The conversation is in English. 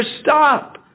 stop